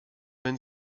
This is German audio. wenn